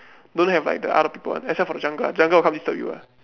don't have like the other people [one] except for the jungle the jungle will come disturb you [one]